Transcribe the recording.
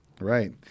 Right